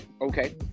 Okay